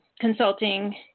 consulting